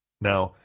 now,